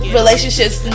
relationships